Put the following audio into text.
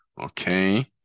okay